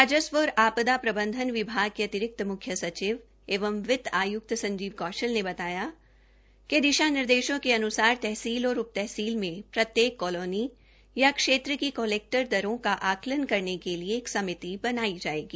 राजस्व और आपदा प्रबंधन विभाग के अतिरिक्त मुख्य सचिव एवं वित्त आय्क्त श्री संजीव कौशल ने बताया कि दिशा निर्देशों के अन्सार तहसील और उप तहसील में प्रत्येक कॉलोनी या क्षेत्र के कलेक्टर दरों का आंकलन करने के लिए एक समिति बनाई जाएगी